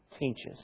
teaches